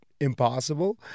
impossible